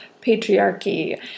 patriarchy